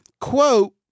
Quote